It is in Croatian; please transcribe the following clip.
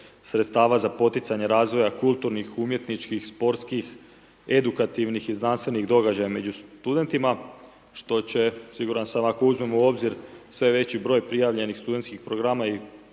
sredstava za poticanje razvoja kulturnih, umjetničkih sportskih, edukativnih i znanstvenih događaja među studentima, što će siguran sam ako uzmemo u obzir sve veći broj prijavljenih studentskih programa i